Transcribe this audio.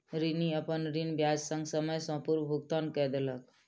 ऋणी, अपन ऋण ब्याज संग, समय सॅ पूर्व भुगतान कय देलक